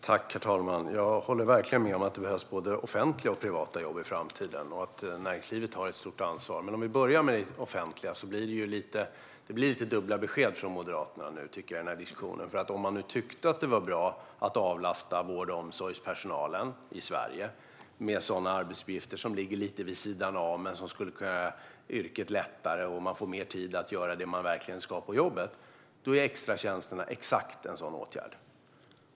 Herr talman! Jag håller verkligen med om att det behövs både offentliga och privata jobb i framtiden och att näringslivet har ett stort ansvar. Men om vi börjar med det offentliga tycker jag att det blir lite dubbla besked från Moderaterna i denna diskussion. Om man nu tycker att det vore bra att avlasta vård och omsorgspersonal i Sverige med sådana arbetsuppgifter som ligger lite vid sidan av men som skulle kunna göra yrket lättare så att man får mer tid att göra det man verkligen ska på jobbet är extratjänsterna exakt en sådan åtgärd.